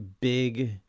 big